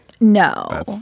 No